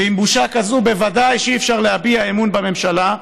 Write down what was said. ועם בושה כזאת ודאי שאי-אפשר להביע אמון בממשלה.